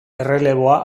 erreleboa